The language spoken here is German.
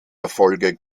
erfolge